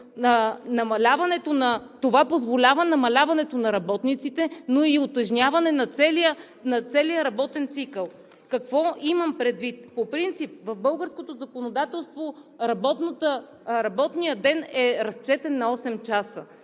това позволява намаляването на работниците, но и утежняване на целия работен цикъл. Какво имам предвид? По принцип в българското законодателство работният ден е разчетен на осем часа,